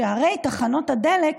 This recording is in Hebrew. שהרי תחנות הדלק,